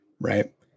right